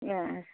ए